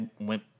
went